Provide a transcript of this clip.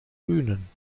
bühnen